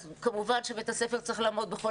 אז כמובן שבית הספר צריך לעמוד בכל